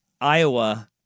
Iowa